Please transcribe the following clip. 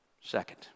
Second